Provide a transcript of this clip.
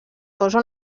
posa